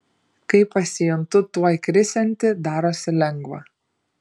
kai pasijuntu tuoj krisianti darosi lengva